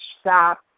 stop